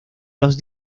los